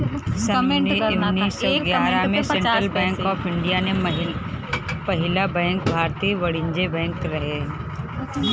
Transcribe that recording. सन्न उन्नीस सौ ग्यारह में सेंट्रल बैंक ऑफ़ इंडिया के पहिला बैंक भारतीय वाणिज्यिक बैंक रहे